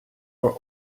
are